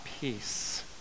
peace